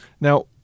now